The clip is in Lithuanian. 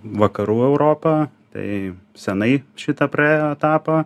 vakarų europa tai senai šitą praėjo etapą